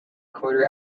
quarter